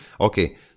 okay